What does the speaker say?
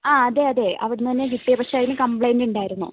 ആ അതെ അതെ അവിടെ നിന്ന് തന്നെയാണ് കിട്ടിയത് പക്ഷെ അതിന് കംപ്ലയിൻ്റ് ഉണ്ടായിരുന്നു